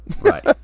Right